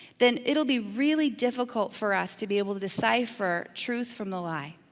then it'll be really difficult for us to be able to decipher truth from the lie.